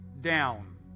down